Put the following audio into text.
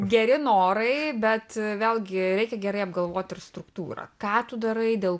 geri norai bet a vėlgi reikia gerai apgalvoti ir struktūrą ką tu darai dėl